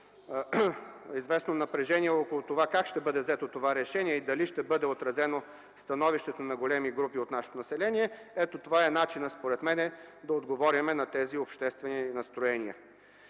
известно напрежение около това как ще бъде взето това решение и дали ще бъде отразено становището на големи групи от нашето население, то ето това е начинът според мен да отговорим на тези обществени настроения.